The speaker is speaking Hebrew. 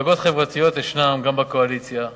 מפלגות חברתיות ישנן גם בקואליציה.